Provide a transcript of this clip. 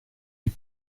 est